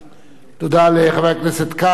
תודה לחבר הכנסת כץ.